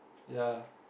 ya